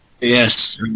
Yes